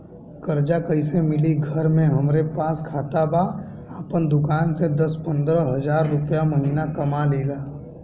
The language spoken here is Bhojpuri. कर्जा कैसे मिली घर में हमरे पास खाता बा आपन दुकानसे दस पंद्रह हज़ार रुपया महीना कमा लीला?